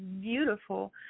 beautiful